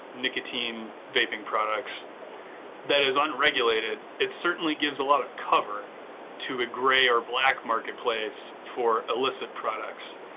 nicotine vaping products that is unregulated, it certainly gives a lot of cover to a gray or black marketplace for illicit products.